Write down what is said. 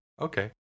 Okay